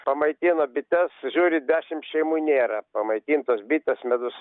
pamaitino bites žiūri dešim šeimų nėra pamaitintos bitės medus